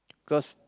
cos